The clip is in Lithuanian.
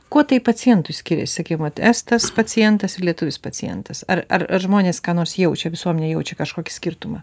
kuo tai pacientui skiria kaip vat estas pacientas ir lietuvis pacientas ar ar ar žmonės ką nors jaučia visuomenė jaučia kažkokį skirtumą